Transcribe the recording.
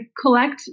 collect